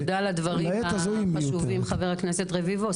תודה על הדברים החשובים, חבר הכנסת רביבו.